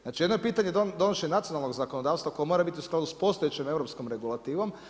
Znači jedno je pitanje donošenje nacionalnog zakonodavstva koje mora biti u skladu sa postojećom europskom regulativom.